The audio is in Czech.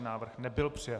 Návrh nebyl přijat.